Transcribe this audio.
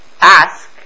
ask